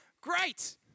great